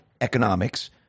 economics